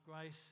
grace